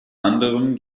anderem